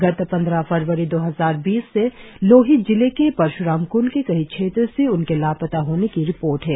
गत पंद्रह फरवरी दो हजार बीस से लोहित जिले के परश्राम कृंड के कहीं क्षेत्र से उनके लापता होने की रिपोर्ट है